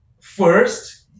first